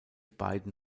beiden